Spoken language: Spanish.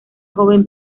joven